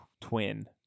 twin